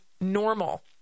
normal